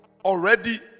already